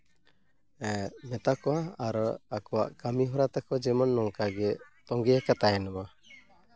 ᱢᱮᱛᱟ ᱠᱚᱣᱟ ᱟᱨ ᱟᱠᱚᱣᱟᱜ ᱠᱟᱹᱢᱤᱦᱚᱨᱟ ᱛᱟᱠᱚ ᱡᱮᱢᱚᱱ ᱱᱚᱝᱠᱟ ᱜᱮ ᱛᱚᱸᱜᱮ ᱟᱠᱟᱫ ᱛᱟᱦᱮᱱ ᱢᱟ